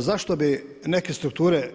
Zašto bi neke strukture